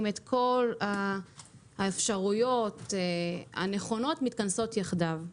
את כל האפשרויות הנכונות מתכנסות יחדיו.